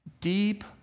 Deep